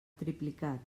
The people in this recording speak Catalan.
triplicat